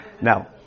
Now